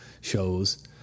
shows